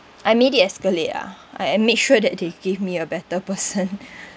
I made it escalate ah I and make sure that they give me a better person